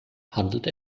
handelt